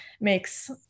makes